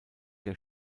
der